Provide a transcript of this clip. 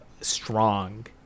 strong